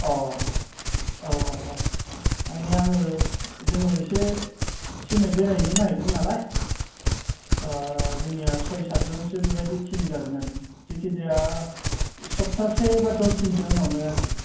औ औ औ मानि आङो जोङो इसे थिमै बेरायहैनो नागेरदोंमोन नालाय जोंनिया सय सादजनसो बेबायदि थिम जागोन आरखि जेखि जाया सबथासे बा दसदिनसो उनावनो आरखि